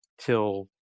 till